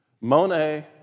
Monet